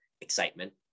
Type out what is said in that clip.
excitement